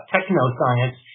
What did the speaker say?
techno-science